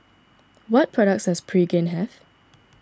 what products does Pregain have